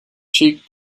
cheek